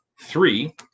three